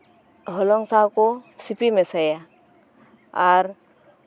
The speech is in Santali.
ᱦᱚᱞᱚᱝ ᱥᱟᱝ ᱠᱚ ᱥᱤᱯᱤ ᱢᱮᱥᱟᱭᱟ ᱟᱨ